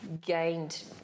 gained –